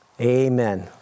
Amen